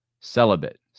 celibate